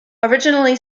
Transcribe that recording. originally